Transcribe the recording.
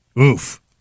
Oof